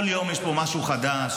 יום יש פה משהו חדש.